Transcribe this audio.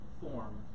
form